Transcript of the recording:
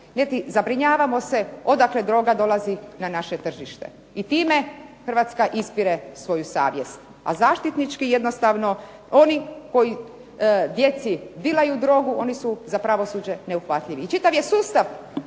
zabrinjavamo se odakle droga dolazi na naše tržište, i time Hrvatska ispire svoju savjest, a zaštitnički jednostavno oni koji djeci dilaju drogu oni su za pravosuđe neuhvatljivi, i čitav je sustav